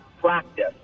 practice